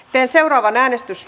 ja seuraavan äänestys